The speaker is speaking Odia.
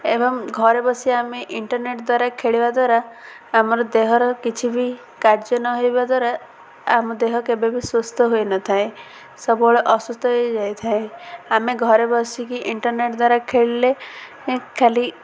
ଏବଂ ଘରେ ବସି ଆମେ ଇଣ୍ଟରନେଟ୍ ଦ୍ୱାରା ଖେଳିବା ଦ୍ୱାରା ଆମର ଦେହର କିଛି ବି କାର୍ଯ୍ୟ ନହେବା ଦ୍ୱାରା ଆମ ଦେହ କେବେ ବି ସୁସ୍ଥ ହୋଇନଥାଏ ସବୁବେଳେ ଅସୁସ୍ଥ ହୋଇଯାଇଥାଏ ଆମେ ଘରେ ବସିକି ଇଣ୍ଟରନେଟ୍ ଦ୍ୱାରା ଖେଳିଲେ ଖାଲି